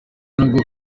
n’ubwo